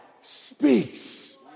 speaks